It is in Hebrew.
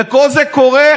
וכל זה קורה,